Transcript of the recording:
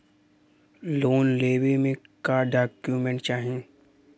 Loan लेवे मे का डॉक्यूमेंट चाही?